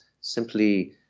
simply